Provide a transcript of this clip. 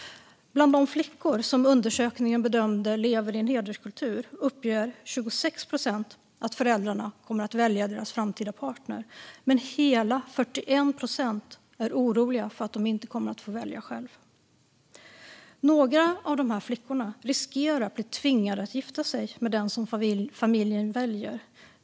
Bland de flickor som undersökningen bedömde lever i en hederskultur uppgav 26 procent att föräldrarna kommer att välja deras framtida partner. Men hela 41 procent var oroliga för att de inte kommer att få välja själva. Några av de flickorna riskerar att bli tvingade att gifta sig med den som familjen väljer.